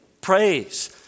praise